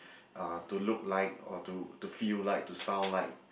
uh to look like or to to feel like to sound like